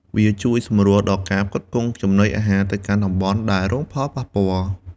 វាជួយសម្រួលដល់ការផ្គត់ផ្គង់ចំណីអាហារទៅកាន់តំបន់ដែលរងផលប៉ះពាល់។